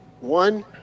One-